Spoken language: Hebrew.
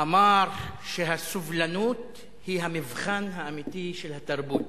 אמר שהסובלנות היא המבחן האמיתי של התרבות.